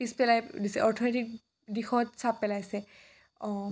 পিছ পেলাই দিছে অৰ্থনীতি দিশত চাপ পেলাইছে